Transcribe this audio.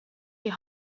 die